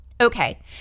Okay